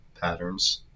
patterns